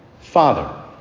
father